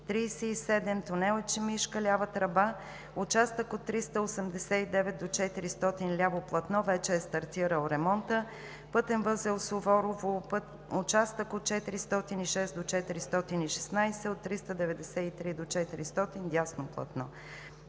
37, тунел „Ечемишка“ – лява тръба, участък от 389 до 400 – ляво платно, вече е стартирал ремонтът; пътен възел Суворово, участък от 406 до 416, от 393 до 400 – дясно платно.